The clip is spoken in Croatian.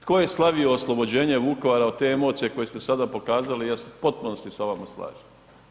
Tko je slavio oslobođenje Vukovara od te emocije koje ste sada pokazali i ja se u potpunosti sa vama slažem.